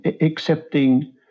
accepting